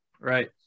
Right